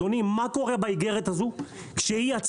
מה קורה באיגרת הזאת שיצאה?